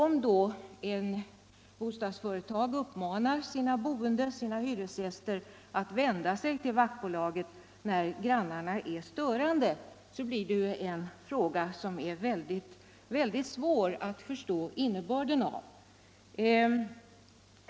Om då ett bostadsföretag uppmanar sina hyresgäster att vända sig till vaktbolaget när grannarna är störande blir det mycket svårt att förstå denna skillnad.